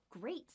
great